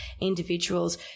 individuals